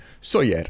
Soyer